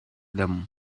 them